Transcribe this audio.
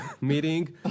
meeting